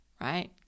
right